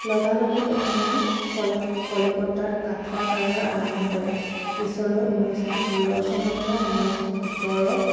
লগালগি প্ৰথমে কলিকতাত কাঠৰ ব্যৱসায় আৰম্ভ কৰে পিছলৈ ঊনৈছশ ষোল্ল চনৰ পৰা ঊনৈছশ সোতৰ